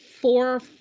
four